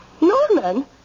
Norman